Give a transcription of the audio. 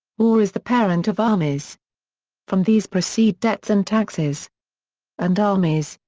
war is the parent of armies from these proceed debts and taxes and armies,